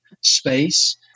space